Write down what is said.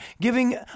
giving